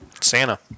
Santa